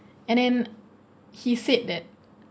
and then he said that